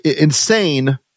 insane